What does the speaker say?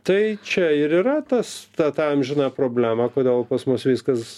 tai čia ir yra tas ta ta amžina problema kodėl pas mus viskas